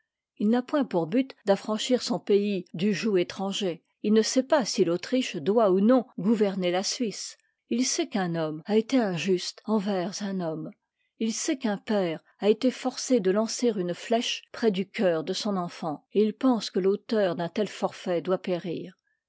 h n'a point pour but d'affranchir son pays du joug étranger il ne sait pas si l'autriche doit ou non gouverner la suisse il sait qu'un homme a été injuste envers un homme il sait qu'un père a été forcé de lancer une flèche près du cœur de son enfant et il pense que l'auteur d'un tel forfait doit périr